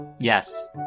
Yes